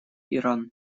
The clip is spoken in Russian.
иран